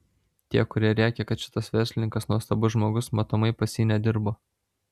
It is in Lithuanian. tiek kurie rėkia kad šitas verslininkas nuostabus žmogus matomai pas jį nedirbo